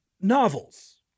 novels